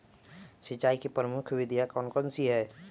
सिंचाई की प्रमुख विधियां कौन कौन सी है?